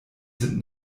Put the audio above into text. sind